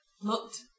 looked